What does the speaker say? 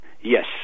Yes